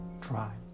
Try